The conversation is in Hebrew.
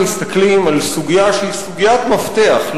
מסתכלים על סוגיה שהיא סוגיית מפתח,